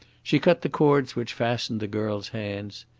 she cut the cords which fastened the girl's hands.